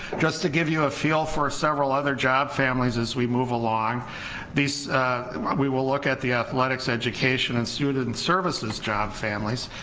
just to give you a feel for several other job families as we move along these we will look at the athletics education and student services job families,